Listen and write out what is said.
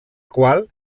qual